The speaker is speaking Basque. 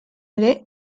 ere